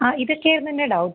ആ ഇതക്കെയാരുന്നെൻ്റെ ഡൗട്ട്